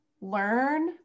learn